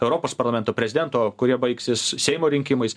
europos parlamento prezidento kurie baigsis seimo rinkimais